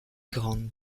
grant